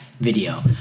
video